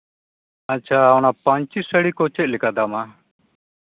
ᱟᱪᱪᱷᱟ ᱚᱱᱟ ᱯᱟᱧᱪᱤ ᱥᱟᱹᱲᱤ ᱠᱚ ᱪᱮᱫ ᱞᱮᱠᱟ ᱫᱟᱢᱟ